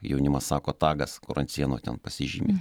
jaunimas sako tagas kur ant sienų ten pasižymi